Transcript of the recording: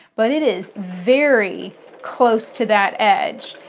but it is very close to that edge.